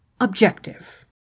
objective